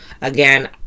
Again